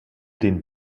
den